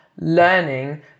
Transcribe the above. learning